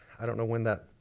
i don't know when that,